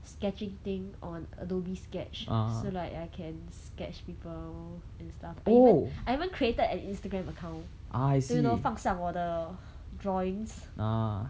sketching thing on adobe sketch so like I can sketch people and stuff I even I even created an instagram account then you know 放上我的 drawings